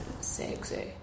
sexy